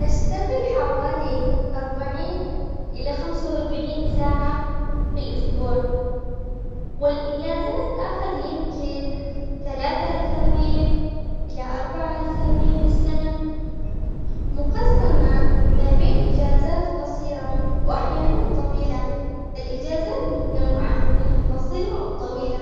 أشتغل حوالي أربعين إلى خمسة وأربعين ساعة في الأسبوع، والإجازة آخذ يمكن ثلاثة أسابيع إلى أربع أسابيع بالسنة، مقسمة ما بين إجازات قصيرة وأحياناً طويلة، فالإجازات متنوعة من القصيرة والطويلة.